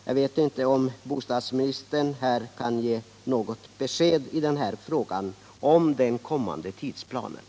Jag undrar om bostadsministern kan ge något besked i fråga om tidsplanen för den aktuella verksamheten.